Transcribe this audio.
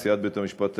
נשיאת בית-המשפט העליון,